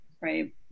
Right